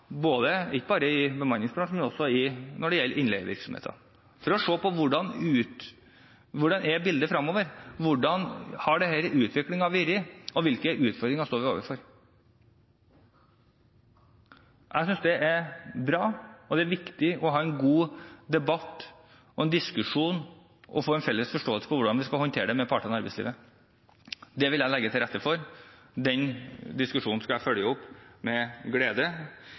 ikke bare i bemanningsbransjen, men også når det gjelder innleievirksomheter, for å se på hvordan bildet er fremover: Hvordan har denne utviklingen vært, og hvilke utfordringer står vi overfor? Jeg synes det er bra og viktig å ha en god debatt og diskusjon og få en felles forståelse av hvordan vi skal håndtere dette, med partene i arbeidslivet. Det vil jeg legge til rette for. Den diskusjonen skal jeg følge opp videre med glede.